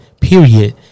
Period